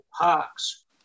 Parks